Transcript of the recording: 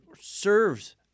serves